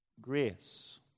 grace